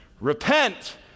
repent